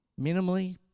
minimally